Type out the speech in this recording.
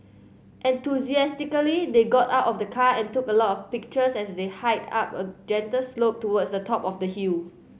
enthusiastically they got out of the car and took a lot of pictures as they hiked up a gentle slope towards the top of the hill